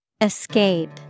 Escape